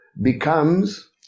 becomes